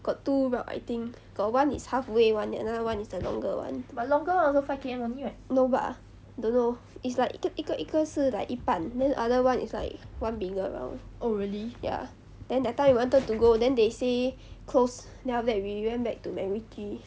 got two route I think got one is halfway [one] then another [one] is the longer [one] no bah don't know it's like 一个一个一个是 like 一半 other [one] is like one bigger round ya then that time we wanted to go then they say close then after that we went back to macritchie